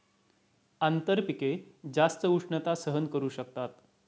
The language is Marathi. आंतरपिके जास्त उष्णता सहन करू शकतात